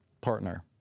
Partner